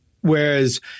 Whereas